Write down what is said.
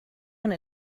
one